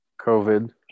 COVID